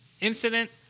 incident